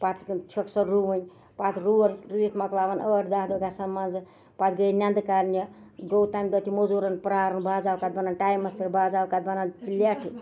پَتہٕ چھُ سُہ رُونۍ پَتہٕ رُون پَتہٕ رُوِتھ مۄکلاوَن ٲٹھ دہ دۄہ گژھان منٛزٕ پَتہٕ گے نیندٕ کرنہِ گوٚو تَمہِ دۄہ تہِ موزوٗرَن پیارُن بعض اوقات بِنان ٹایمَس پٮ۪ٹھ بعض اوقات بنان لیٹ